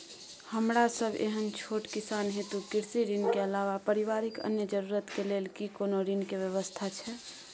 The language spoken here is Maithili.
हमरा सब एहन छोट किसान हेतु कृषि ऋण के अलावा पारिवारिक अन्य जरूरत के लेल की कोनो ऋण के व्यवस्था छै?